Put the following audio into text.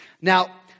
Now